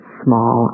small